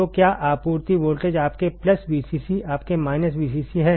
तो क्या आपूर्ति वोल्टेज आपके प्लस Vcc आपके माइनस Vcc है